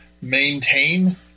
maintain